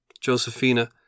Josephina